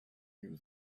you